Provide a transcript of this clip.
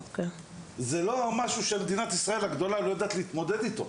זה לא משהו שמדינת ישראל הגדולה לא יודעת להתמודד איתו.